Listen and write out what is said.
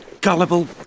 gullible